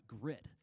grit